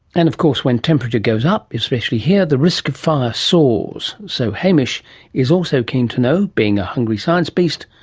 and of course when the temperature goes up, especially here, the risk of fire soars, so hamish is also keen to know, being a hungry science beast,